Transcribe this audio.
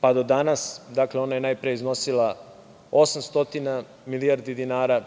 pa do danas, ona je najpre iznosila 800 milijardi dinara,